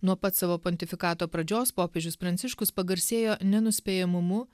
nuo pat savo pontifikato pradžios popiežius pranciškus pagarsėjo nenuspėjamumu